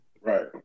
Right